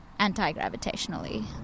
anti-gravitationally